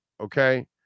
okay